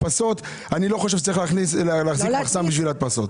אני לא חושב שצריך להחזיק מחסן בשביל הדפסות.